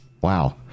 Wow